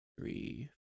three